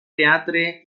teatre